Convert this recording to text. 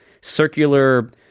circular –